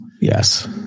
Yes